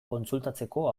kontsultatzeko